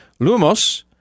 Lumos